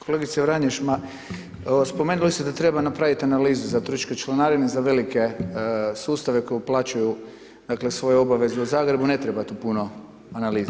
Kolegica Vranješ, ma, spomenuli ste da treba napraviti analizu za turističke članarine za velike sustave koji uplaćuju svoje obaveze u Zagrebu, ne treba tu puno analize.